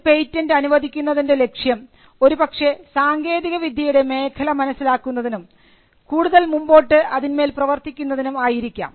ഒരു പേറ്റന്റ് അനുവദിക്കുന്നതിൻറെ ലക്ഷ്യം ഒരുപക്ഷേ സാങ്കേതികവിദ്യയുടെ മേഖല മനസിലാക്കുന്നതിനും കൂടുതൽ മുന്നോട്ട് അതിന്മേൽ പ്രവർത്തിക്കുന്നതിനും ആയിരിക്കാം